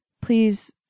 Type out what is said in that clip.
please